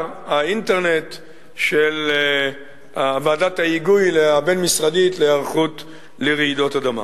האינטרנט של ועדת ההיגוי הבין-משרדית להיערכות לרעידות אדמה.